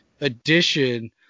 edition